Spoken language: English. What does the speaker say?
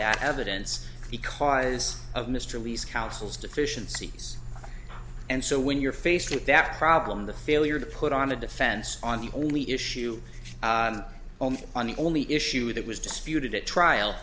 that evidence because of mr lee's counsel's deficiencies and so when you're faced with that problem the failure to put on a defense on the only issue only on the only issue that was disputed at trial